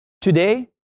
Today